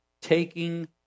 taking